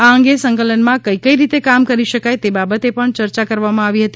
આ અંગ સંકલનમાં કઈ કઈ રીત કામ કરી શકી તાલબાબતાપણ ચર્ચા કરવામાં આવી હતી